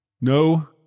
No